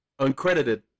Uncredited